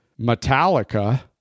Metallica